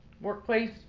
workplace